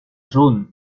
jaune